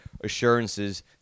assurances